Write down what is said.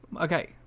Okay